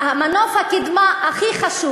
מנוף הקדמה הכי חשוב.